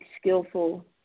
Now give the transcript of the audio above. skillful